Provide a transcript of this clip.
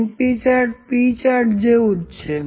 np chart P charts જેવું જ છે